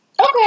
okay